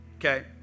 okay